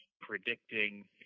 predicting